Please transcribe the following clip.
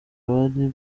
abari